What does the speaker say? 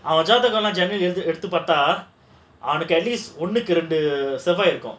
அவன் எடுத்துப்பார்த்தா ஒண்ணுக்கு ரெண்டு சேவை இருக்கும்:avan eduthupaarthaa onnukku rendu sevai irukkum